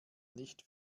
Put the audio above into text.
nicht